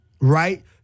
right